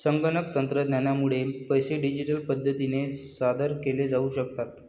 संगणक तंत्रज्ञानामुळे पैसे डिजिटल पद्धतीने सादर केले जाऊ शकतात